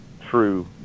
true